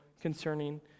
concerning